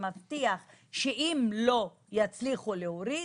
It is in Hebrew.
שמבטיח שאם לא יצליחו להוריד,